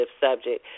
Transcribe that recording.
subject